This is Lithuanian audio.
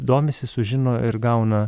domisi sužino ir gauna